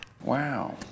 Wow